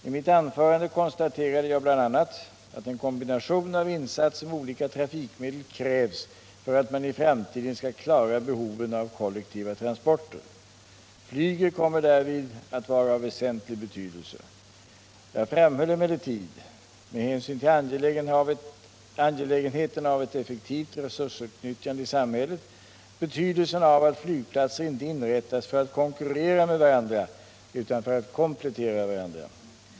I mitt anförande konstaterade jag bl.a. att en kombination av insatser med olika trafikmedel krävs för att man i framtiden skall klara behoven av kollektiva transporter. Flyget kommer därvid att vara av väsentlig betydelse. Jag framhöll emellertid, med hänsyn till angelägenheten av ett effektivt resursutnyttjande i samhället, betydelsen av att flygplatser inte inrättas för att konkurrera med varandra utan för att komplettera varandra.